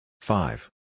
five